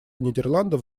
нидерландов